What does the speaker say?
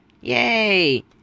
Yay